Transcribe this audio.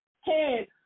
head